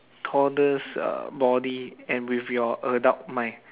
toddler's uh body and with your adult mind